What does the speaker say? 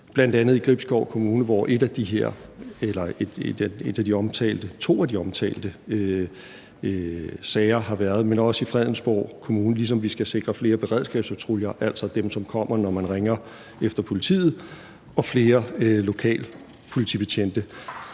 bl.a. i Gribskov Kommune, hvor to af de omtalte sager har været, men også i Fredensborg Kommune, ligesom vi skal sikre flere beredskabspatruljer – altså dem, som kommer, når man ringer efter politiet – og flere lokale politibetjente.